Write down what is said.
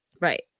Right